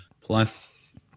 plus